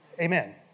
Amen